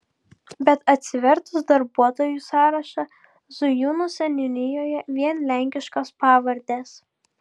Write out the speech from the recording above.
bet atsivertus darbuotojų sąrašą zujūnų seniūnijoje vien lenkiškos pavardes